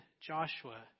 Joshua